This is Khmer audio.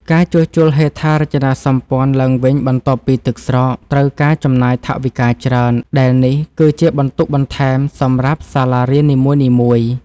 ការជួសជុលហេដ្ឋារចនាសម្ព័ន្ធឡើងវិញបន្ទាប់ពីទឹកស្រក ត្រូវការចំណាយថវិកាច្រើន ដែលនេះ គឺជាបន្ទុកបន្ថែមសម្រាប់សាលារៀននីមួយៗ។